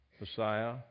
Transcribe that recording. Messiah